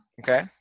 okay